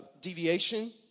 deviation